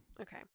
Okay